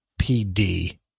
pd